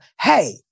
Hey